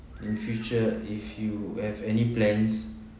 in future if you have any plans